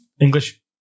English